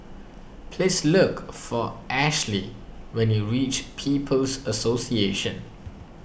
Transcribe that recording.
please look for Ashly when you reach People's Association